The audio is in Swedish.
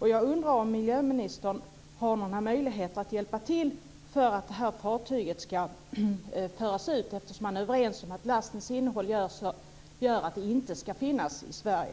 Jag undrar om miljöministern har någon möjlighet att hjälpa till för att det här fartyget ska föras ut? Man är ju överens om att lastens innehåll gör att fartyget inte ska finnas i Sverige.